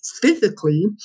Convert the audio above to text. physically